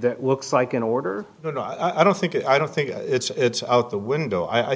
that looks like an order but i don't think i don't think it's out the window i